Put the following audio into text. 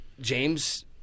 James